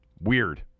weird